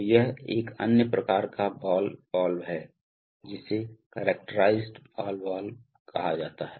तो यह एक अन्य प्रकार का बॉल वाल्व है जिसे करैक्टरीज़ड बॉल वाल्व कहा जाता है